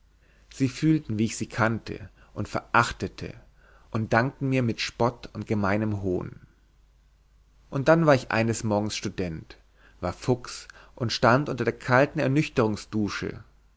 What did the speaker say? sie fühlten wie ich sie kannte und verachtete und dankten mir mit spott und gemeinem hohn und dann war ich eines morgens student war fuchs und stand unter der kalten